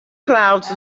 clouds